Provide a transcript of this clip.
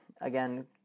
again